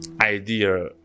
idea